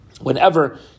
Whenever